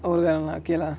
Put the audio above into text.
oh okay lah